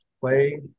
Play